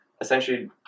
essentially